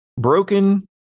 broken